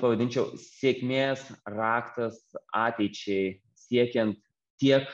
pavadinčiau sėkmės raktas ateičiai siekiant tiek